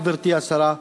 גברתי השרה,